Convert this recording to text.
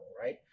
right